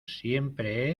siempre